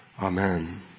Amen